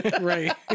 Right